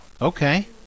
Okay